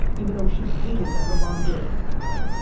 even though, she hated that her mom did it to her.